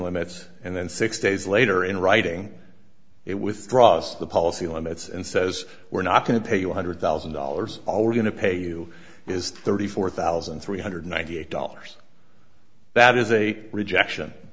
limits and then six days later in writing it withdraws the policy limits and says we're not going to pay you one hundred thousand dollars all we're going to pay you is thirty four thousand three hundred ninety eight dollars that is a rejection